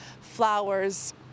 flowers